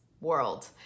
world